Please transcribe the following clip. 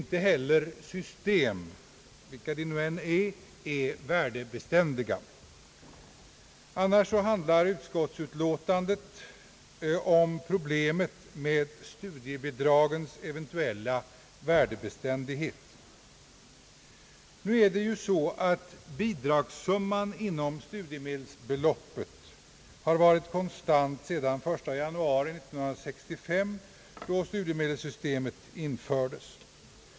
Inte heller system, vilka de än är, är nämligen värdebeständiga. Annars handlar detta utskottsutlåtande om problemet med studiebidragens eventuella värdebeständighet. Nu är det ju så att bidragssumman inom studiemedelsbeloppet har varit konstant sedan den 1 januari 1965 då studiemedelssystemet infördes.